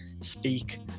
speak